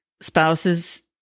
spouse's